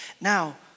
Now